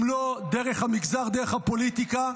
אם לא דרך המגזר, דרך הפוליטיקה,